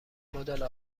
مدل